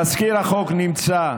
תזכיר החוק נמצא,